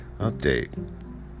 update